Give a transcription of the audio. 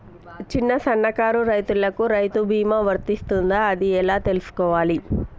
చిన్న సన్నకారు రైతులకు రైతు బీమా వర్తిస్తదా అది ఎలా తెలుసుకోవాలి?